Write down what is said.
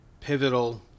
pivotal